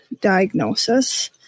diagnosis